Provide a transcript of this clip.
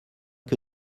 que